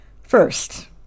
First